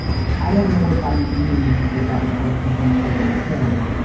i don't know if i knew that that was called a producer until,